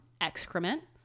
excrement